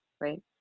Right